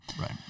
Right